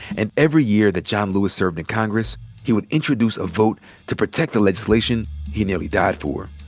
and every year that john lewis served in congress he would introduce a vote to protect the legislation he nearly died for.